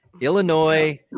Illinois